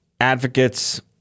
advocates